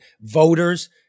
voters